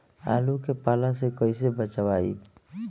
आलु के पाला से कईसे बचाईब?